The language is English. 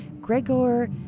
Gregor